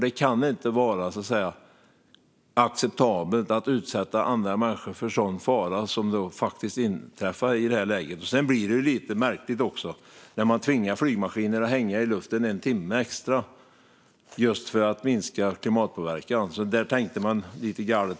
Det kan inte vara acceptabelt att utsätta andra människor för sådan fara, vilket faktiskt inträffade. Det är också lite märkligt att man tvingade flygmaskiner att hänga i luften en timme extra, just i fråga om att minska klimatpåverkan. Där tänkte man lite galet.